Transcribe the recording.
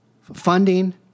funding